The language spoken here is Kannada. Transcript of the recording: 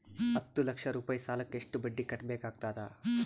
ಹತ್ತ ಲಕ್ಷ ರೂಪಾಯಿ ಸಾಲಕ್ಕ ಎಷ್ಟ ಬಡ್ಡಿ ಕಟ್ಟಬೇಕಾಗತದ?